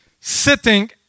sitting